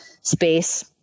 space